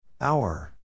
Hour